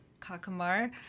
Kakamar